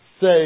say